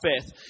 faith